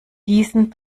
diesen